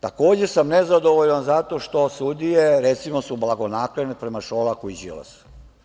Takođe sam nezadovoljan zato što su sudije recimo, blagonaklone prema Šolaku i Đilasu.